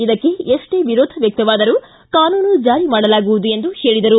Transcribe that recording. ಇದಕ್ಕೆ ಎಷ್ಷೇ ವಿರೋಧ ವ್ಯಕ್ತವಾದರೂ ಕಾನೂನು ಜಾರಿ ಮಾಡಲಾಗುವುದು ಎಂದು ಹೇಳಿದರು